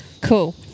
Cool